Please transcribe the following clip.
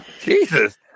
Jesus